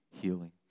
Healing